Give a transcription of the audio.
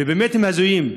באמת הם הזויים,